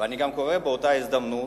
ואני גם קורא באותה הזדמנות,